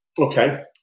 Okay